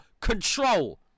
control